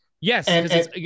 Yes